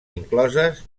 incloses